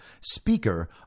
Speaker